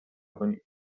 کنید